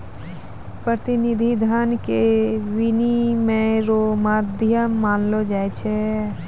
प्रतिनिधि धन के विनिमय रो माध्यम मानलो जाय छै